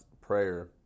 prayer